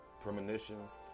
Premonitions